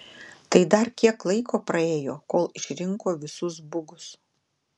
tai dar kiek laiko praėjo kol išrinko visus bugus